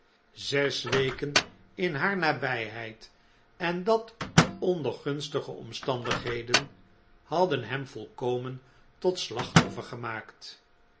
zes weken in haar nabijheid en dat onder gunstige omstandigheden hadden hem volkomen tot slachtoffer gemaakt